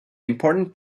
important